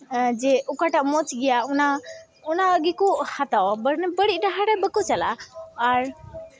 ᱡᱮ ᱚᱠᱟᱴᱟᱜ ᱢᱚᱡᱽ ᱜᱮᱭᱟ ᱚᱱᱟ ᱚᱱᱟ ᱜᱮᱠᱚ ᱦᱟᱛᱟᱣᱟ ᱵᱟᱹᱲᱤᱡ ᱰᱟᱦᱟᱨ ᱨᱮ ᱵᱟᱠᱚ ᱪᱟᱞᱟᱜᱼᱟ ᱟᱨ